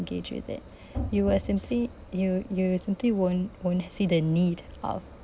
engage with it you will simply you you simply won't won't see the need of